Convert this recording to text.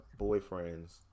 Boyfriends